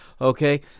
Okay